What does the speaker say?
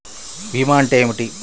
భీమా అంటే ఏమిటి?